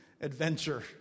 adventure